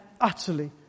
utterly